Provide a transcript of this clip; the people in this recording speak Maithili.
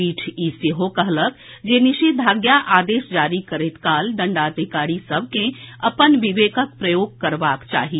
पीठ ई सेहो कहलक जे निषेद्याज्ञा आदेश जारी करैत काल दंडाधिकारी सभ के अपन विवेकक प्रयोग करबाक चाही